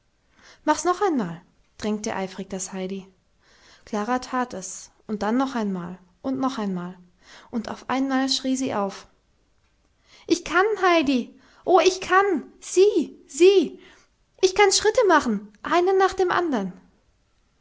mach's noch einmal drängte eifrig das heidi klara tat es und dann noch einmal und noch einmal und auf einmal schrie sie auf ich kann heidi oh ich kann sieh sieh ich kann schritte machen einen nach dem andern